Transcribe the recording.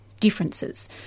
differences